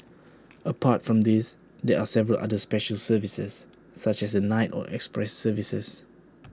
apart from these there are several other special services such as the night or express services